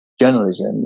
journalism